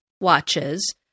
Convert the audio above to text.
watches